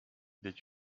did